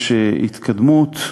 יש התקדמות,